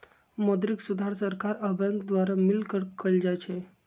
मौद्रिक सुधार सरकार आ बैंक द्वारा मिलकऽ कएल जाइ छइ